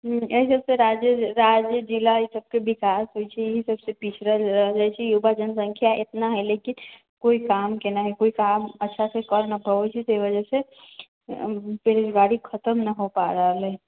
एहिसबसे राज्य राज्य जिला एहिसबके विकास होइ छै एहि सबसे पिछड़ल रहलै युवा जनसंख्या इतना है लेकिन कोई काम का ना है कोई काम अच्छासे कर ना पाबै छै ताहि वजहसे बेरोजगारी खतम ना होइ पाबि रहल अछि